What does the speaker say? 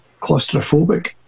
claustrophobic